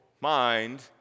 mind